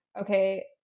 okay